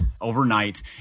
overnight